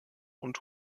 und